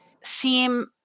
seem